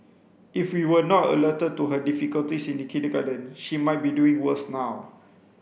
if we were not alerted to her difficulties in kindergarten she might be doing worse now